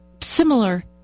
similar